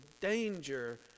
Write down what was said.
danger